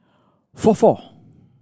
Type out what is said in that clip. four four